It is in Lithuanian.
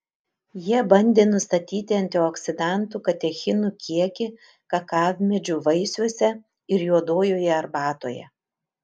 jie bandė nustatyti antioksidantų katechinų kiekį kakavmedžių vaisiuose ir juodojoje arbatoje